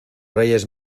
reyes